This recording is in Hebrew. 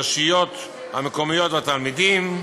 הרשויות המקומיות והתלמידים,